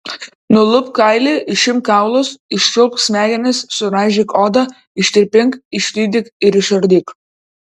nulupk kailį išimk kaulus iščiulpk smegenis suraižyk odą ištirpink išlydyk ir išardyk